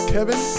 Kevin